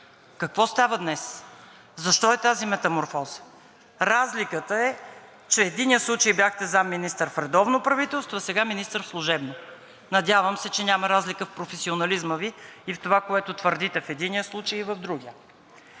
Какво става днес? Защо е тази метаморфоза? Разликата е, че в единия случай бяхте заместник-министър в редовно правителство, а сега министър в служебното. Надявам се, че няма разлика в професионализма Ви и в това, което твърдите в единия случай и в другия?